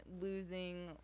losing